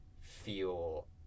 feel